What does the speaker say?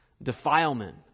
Defilement